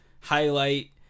highlight